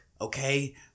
okay